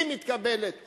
היא מתקבלת,